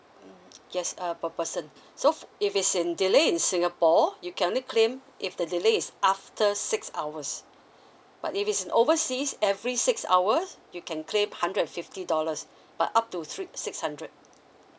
mm yes uh per person f~ so if it's in delay in singapore you can only claim if the delay is after six hours but if it's in overseas every six hour you can claim hundred and fifty dollars but up to three six hundred